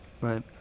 Right